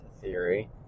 theory